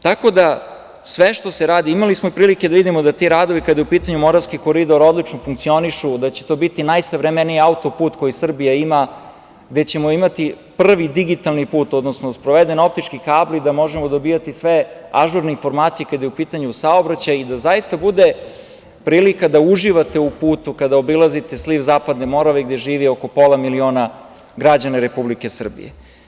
Tako da, sve što se radi imali smo prilike da vidimo da ti radovi kada je u pitanju Moravski koridor odlično funkcionišu, da će to biti najsavremeniji autoput koji Srbija ima, gde ćemo imati prvi digitalni put, odnosno sproveden optički kabl i da možemo dobijati sve ažurne informacije kada je u pitanju saobraćaj i da zaista bude prilika da uživate u putu kada obilazite sliv Zapadne Morave gde živi oko pola miliona građana Republike Srbije.